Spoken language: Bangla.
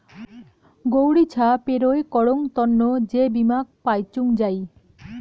গৌড়ি ছা পেরোয় করং তন্ন যে বীমা পাইচুঙ যাই